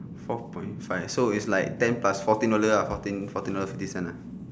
four point five so it like ten plus fourteen dollar uh fourteen fourteen dollar fifty cents uh